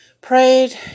prayed